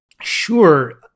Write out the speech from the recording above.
Sure